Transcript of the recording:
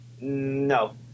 No